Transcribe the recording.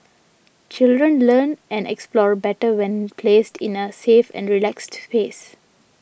children learn and explore better when placed in a safe and relaxed space